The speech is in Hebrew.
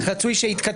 שעכשיו השתנה הרכב